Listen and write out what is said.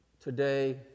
Today